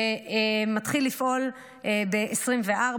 והוא מתחיל לפעול ב-2024.